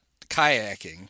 kayaking